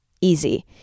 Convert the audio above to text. easy